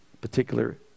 particular